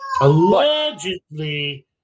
Allegedly